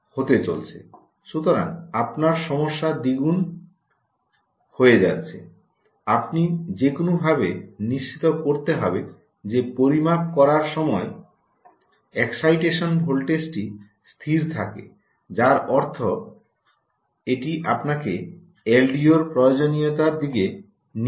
সুতরাং আপনার সমস্যা দ্বিগুণ হয়ে যাচ্ছে আপনি যে কোনো ভাবে নিশ্চিত করতে হবে যে পরিমাপ করার সময় এই এক্সাইটেশন ভোল্টেজটি স্থির থাকে যার অর্থ এটি আপনাকে এলডিওর প্রয়োজনীয়তার দিকে নিয়ে যায়